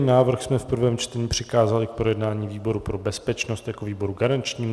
Návrh jsme v prvém čtení přikázali k projednání výboru pro bezpečnost jako výboru garančnímu.